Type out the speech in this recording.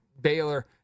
Baylor